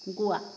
Goa